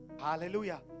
hallelujah